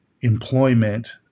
employment